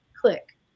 Click